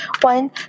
One